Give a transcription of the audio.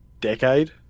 decade